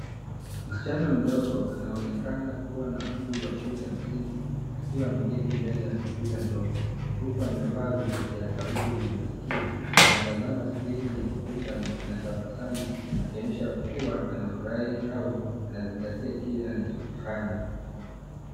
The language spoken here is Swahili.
Msichana mdogo anaonekana kuwa na umri wa shule ya msingi akiwa ameketi mbele ya kompyuta ndogo huku amevaa vipokea sauti vya maskio. Anatazama skrini ya kompyuta na anatabasamu akionyesha kuwa anafurahi au anazingatia kile anachokifanya.